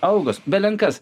algos belenkas